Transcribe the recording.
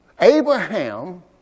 Abraham